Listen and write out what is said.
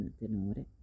tenore